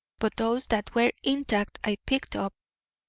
but those that were intact i picked up,